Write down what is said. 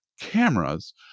cameras